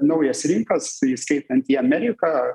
naujas rinkas įskaitant į ameriką